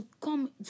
come